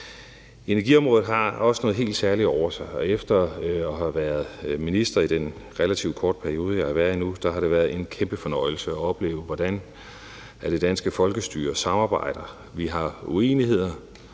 Energiområdet har også noget helt særligt over sig, og efter at have været minister i den relativt korte periode, jeg har været det nu, har det været en kæmpe fornøjelse at opleve, hvordan det danske folkestyre samarbejder. Vi har uenigheder,